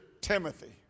Timothy